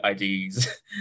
IDs